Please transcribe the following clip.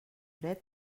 fred